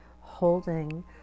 holding